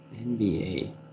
NBA